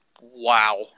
Wow